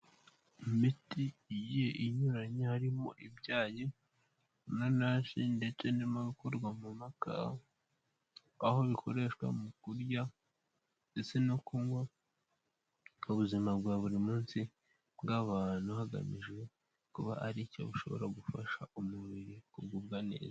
Imiti igiye inyuranye harimo ibyayi, inanasi ndetse n'amahugurwa mu makawa. Aho bikoreshwa mu kurya, ndetse no kunywa mu buzima bwa buri munsi bw'abantu hagamijwe kuba hari icyo bushobora gufasha umubiri kugubwa neza.